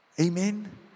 Amen